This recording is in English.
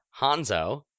Hanzo